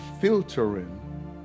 filtering